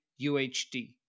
UHD